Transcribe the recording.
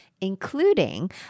including